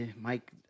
Mike